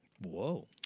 Whoa